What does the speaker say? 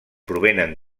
provenen